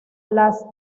las